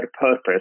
purpose